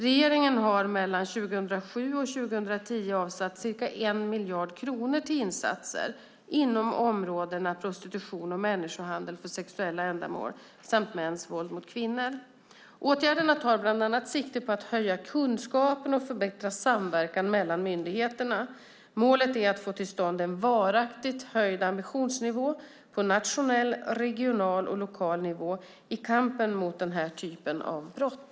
Regeringen har mellan 2007 och 2010 avsatt ca 1 miljard kronor till insatser inom områdena prostitution och människohandel för sexuella ändamål samt mäns våld mot kvinnor. Åtgärderna tar bland annat sikte på att höja kunskapen och förbättra samverkan mellan myndigheterna. Målet är att få till stånd en varaktigt höjd ambitionsnivå på nationell, regional och lokal nivå i kampen mot den här typen av brott.